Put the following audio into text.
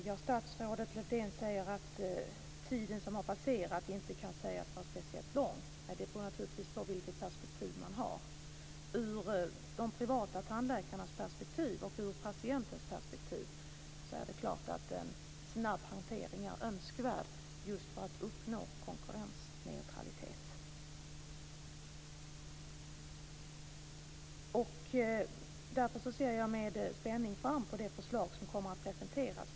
Fru talman! Statsrådet Lövdén säger att tiden som har passerat inte kan sägas vara speciellt lång. Det beror naturligtvis på vilket perspektiv man har. Ur de privata tandläkarnas perspektiv och ur patienternas perspektiv är det klart att en snabb hantering är önskvärd just för att uppnå konkurrensneutralitet. Därför ser jag med spänning fram emot det förslag som kommer att presenteras.